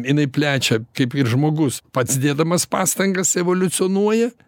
jinai plečia kaip ir žmogus pats dėdamas pastangas evoliucionuoja